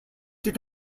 did